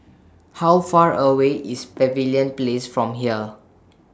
How Far away IS Pavilion Place from here